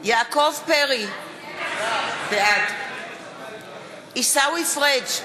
יעקב פרי, בעד עיסאווי פריג'